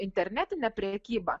internetine prekyba